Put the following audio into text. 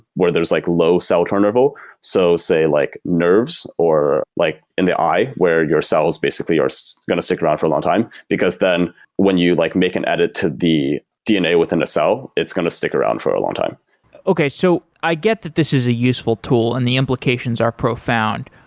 where there's like low cell turnover so say like nerves, or like in the eye where your cells basically are so going to stick around for a long time, because then when you like make an edit to the dna within a cell, it's going to stick around for a long time okay, so i get that this is a useful tool and the implications are profound.